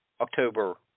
October